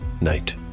night